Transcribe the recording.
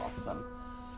awesome